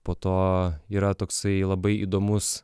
po to yra toksai labai įdomus